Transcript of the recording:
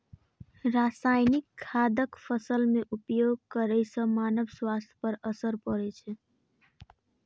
रासायनिक खादक फसल मे उपयोग करै सं मानव स्वास्थ्य पर असर पड़ै छै